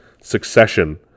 Succession